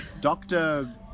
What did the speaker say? doctor